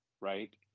right